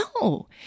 No